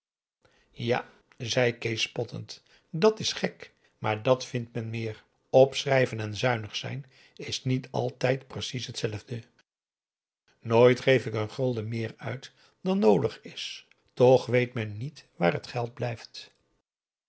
ja zei kees spottend dat is gek maar dat vindt men meer opschrijven en zuinig zijn is niet altijd precies hetzelfde nooit geef ik een gulden meer uit dan noodig is toch weet men niet waar het geld blijft